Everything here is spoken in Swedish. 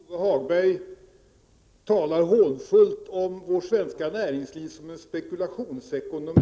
Fru talman! Lars-Ove Hagberg talar hånfullt om vårt svenska näringsliv som en spekulationsekonomi.